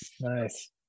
Nice